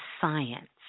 science